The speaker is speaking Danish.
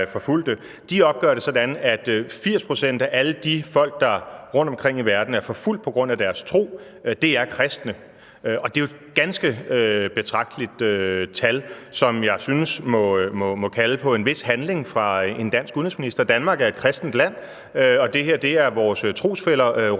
De opgør det sådan, at 80 pct. af alle de folk, der rundtomkring i verden er forfulgt på grund af deres tro, er kristne. Og det er jo et ganske betragteligt tal, som jeg synes må kalde på en vis handling fra en dansk udenrigsminister. Danmark er et kristent land, og det her er vores trosfæller rundtomkring